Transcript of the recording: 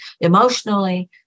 emotionally